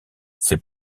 c’est